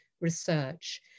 research